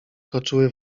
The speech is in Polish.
toczyły